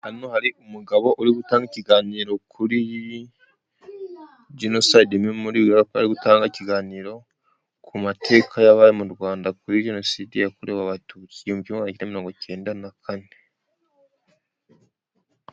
Hano hari umugabo uri gutanga ikiganiro kuri, genosayidi memori, akaba ari gutanga ikiganiro ku mateka yabaye mu Rwanda kuri jenoside yakorewe abatutsi igihumbi maganacyenda mirongocyenda na kane.